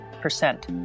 percent